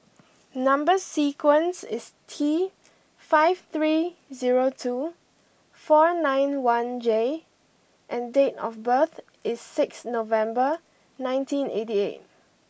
number sequence is T five three zero two four nine one J and date of birth is six November nineteen eighty eight